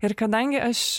ir kadangi aš